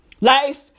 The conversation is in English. Life